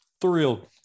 Thrilled